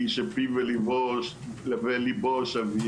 היא שפיו וליבו שווים,